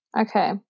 Okay